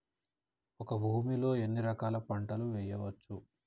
ఒక భూమి లో ఎన్ని రకాల పంటలు వేయచ్చు?